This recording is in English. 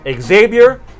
Xavier